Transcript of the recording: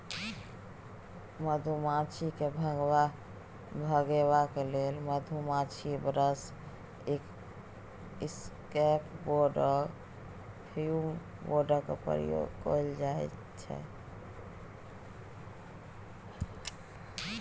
मधुमाछी केँ भगेबाक लेल मधुमाछी ब्रश, इसकैप बोर्ड आ फ्युम बोर्डक प्रयोग कएल जाइत छै